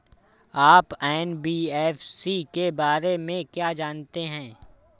आप एन.बी.एफ.सी के बारे में क्या जानते हैं?